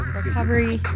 recovery